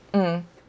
mm